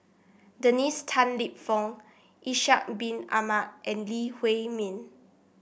Dennis Tan Lip Fong Ishak Bin Ahmad and Lee Huei Min